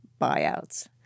buyouts